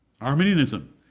Arminianism